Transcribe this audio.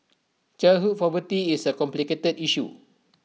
childhood poverty is A complicated issue